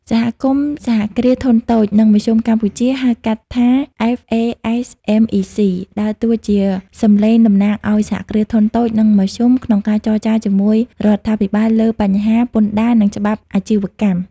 សមាគមសហគ្រាសធុនតូច និងមធ្យមកម្ពុជា (ហៅកាត់ថា FASMEC) ដើរតួជាសំឡេងតំណាងឱ្យ សហគ្រាសធុនតូច និងមធ្យម ក្នុងការចរចាជាមួយរដ្ឋាភិបាលលើបញ្ហា "ពន្ធដារ និងច្បាប់អាជីវកម្ម"។